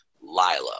Lila